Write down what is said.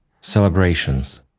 celebrations